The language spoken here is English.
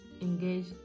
engage